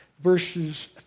Verses